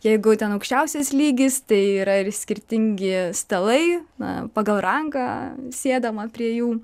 jeigu ten aukščiausias lygis tai yra ir skirtingi stalai na pagal rangą sėdama prie jų